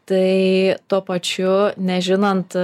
tai tuo pačiu nežinant